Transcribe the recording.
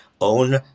own